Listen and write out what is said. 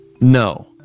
No